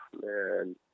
man